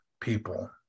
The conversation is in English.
people